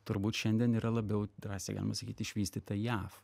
turbūt šiandien yra labiau drąsiai galima sakyt išvystyta jav